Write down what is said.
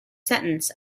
sentence